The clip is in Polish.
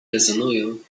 rezonują